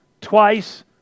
Twice